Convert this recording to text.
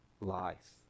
life